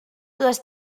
les